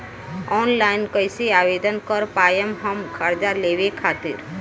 Online कइसे आवेदन कर पाएम हम कर्जा लेवे खातिर?